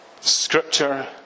Scripture